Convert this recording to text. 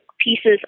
pieces